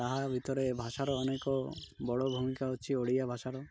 ତା'ହା ଭିତରେ ଭାଷାର ଅନେକ ବଡ଼ ଭୂମିକା ଅଛି ଓଡ଼ିଆ ଭାଷାର